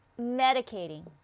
medicating